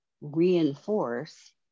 reinforce